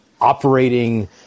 operating